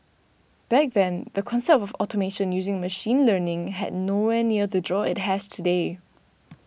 back then the concept of automation using machine learning had nowhere near the draw it has today